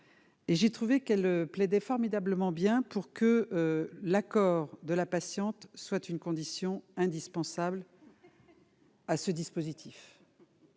Et j'ai trouvé qu'elle plaidait formidablement bien, pour que l'accord de la patiente soit une condition indispensable. à ce dispositif.